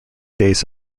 days